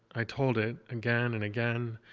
i told it, again and again,